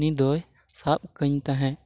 ᱩᱱᱤ ᱫᱚᱭ ᱥᱟᱵ ᱠᱟᱹᱧ ᱛᱟᱦᱮᱸᱫ